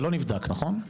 לא נבדק, נכון?